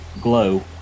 glow